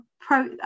pro